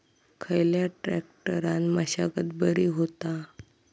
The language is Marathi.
खयल्या ट्रॅक्टरान मशागत बरी होता?